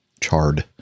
charred